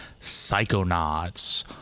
Psychonauts